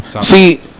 See